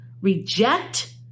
reject